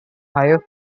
higher